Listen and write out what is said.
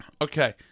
Okay